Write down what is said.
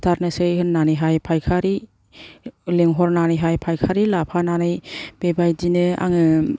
सिथारनोसै होन्नानैहाय फाइखारि लेंहरनानैहाय फाइखारि लाफानानै बेबायदिनो आङो